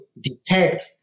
detect